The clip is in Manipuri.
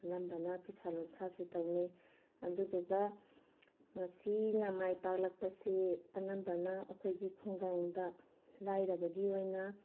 ꯑꯅꯝꯕꯅ ꯐꯤꯁꯥ ꯂꯣꯟꯁꯥꯁꯦ ꯇꯧꯅꯩ ꯑꯗꯨꯗꯨꯒ ꯃꯁꯤꯅ ꯃꯥꯏ ꯄꯥꯛꯂꯛꯄꯁꯤ ꯑꯅꯝꯕꯅ ꯑꯩꯈꯣꯏꯒꯤ ꯈꯨꯡꯒꯪꯗ ꯂꯥꯏꯔꯕꯒꯤ ꯑꯣꯏꯅ